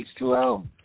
H2O